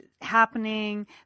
happening